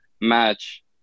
match